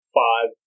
five